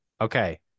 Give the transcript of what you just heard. okay